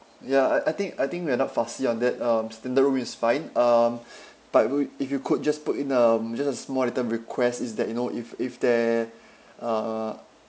ya I I think I think we are not fussy on that um the room is fine um but if you if you could just put in um just a small little request is that you know if if there uh